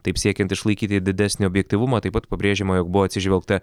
taip siekiant išlaikyti didesnį objektyvumą taip pat pabrėžiama jog buvo atsižvelgta